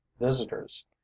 visitors